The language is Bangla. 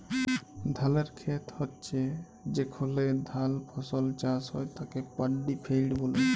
ধালের খেত হচ্যে যেখলে ধাল ফসল চাষ হ্যয় তাকে পাড্ডি ফেইল্ড ব্যলে